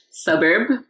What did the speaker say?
suburb